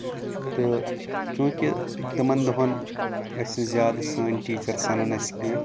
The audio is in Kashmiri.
تہٕ چونٛکہِ تِمن دۄہَن ٲسۍ نہٕ زیادٕ سٲنۍ ٹیٖچر سَنان اَسہِ کیٚنٛہہ